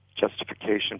justification